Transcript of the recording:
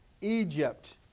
Egypt